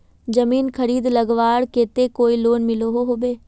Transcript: जमीन खरीद लगवार केते कोई लोन मिलोहो होबे?